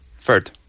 third